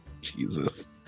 Jesus